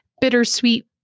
bittersweet